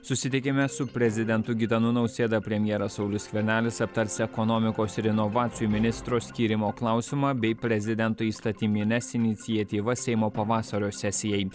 susitikime su prezidentu gitanu nausėda premjeras saulius skvernelis aptars ekonomikos ir inovacijų ministro skyrimo klausimą bei prezidento įstatymines iniciatyvas seimo pavasario sesijai